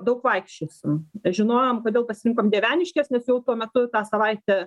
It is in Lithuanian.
daug vaikščiosim žinojom kodėl pasirinkom dieveniškes nes jau tuo metu tą savaitę